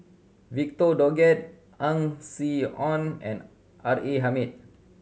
Victor Doggett Ang Swee Aun and R A Hamid